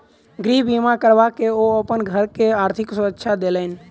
गृह बीमा करबा के ओ अपन घर के आर्थिक सुरक्षा देलैन